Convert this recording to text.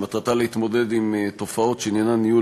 שמטרתה להתמודד עם תופעות שעניינן ניהול